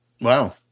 wow